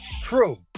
True